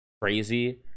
crazy